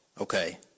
okay